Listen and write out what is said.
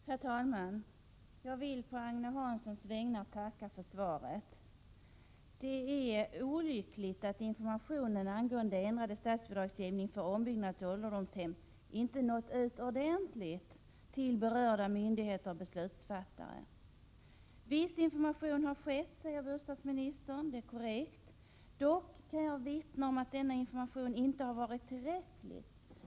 Herr talman! Jag vill på Agne Hanssons vägnar tacka för svaret. Det är olyckligt att informationen angående ändrad statsbidragsgivning för ombyggnad av ålderdomshem inte nått ut ordentligt till berörda myndigheter och beslutsfattare. Viss information har skett, säger bostadsministern. Det är korrekt. Dock kan jag vittna om att denna information inte har varit tillräcklig.